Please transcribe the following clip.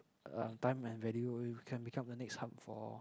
um time and value we can become the next hub for